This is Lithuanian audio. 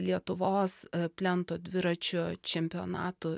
lietuvos plento dviračių čempionato